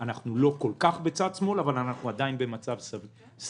אנחנו לא כל כך בצד שמאל אבל אנחנו עדיין במצב סביר.